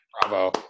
Bravo